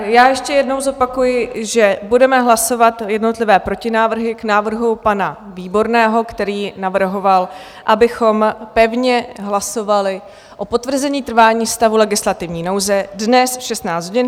Ještě jednou zopakuji, že budeme hlasovat jednotlivé protinávrhy k návrhu pana Výborného, který navrhoval, abychom pevně hlasovali o potvrzení trvání stavu legislativní nouze dnes v 16 hodin.